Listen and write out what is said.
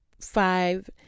five